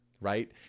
right